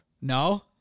No